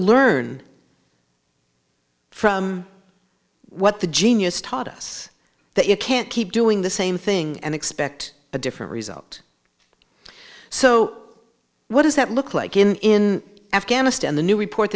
learn from what the genius taught us that you can't keep doing the same thing and expect a different result so what does that look like in afghanistan the new report